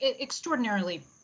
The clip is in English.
extraordinarily